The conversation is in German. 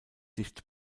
dicht